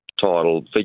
title